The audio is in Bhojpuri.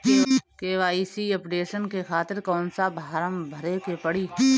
के.वाइ.सी अपडेशन के खातिर कौन सा फारम भरे के पड़ी?